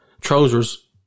trousers